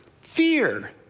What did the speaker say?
Fear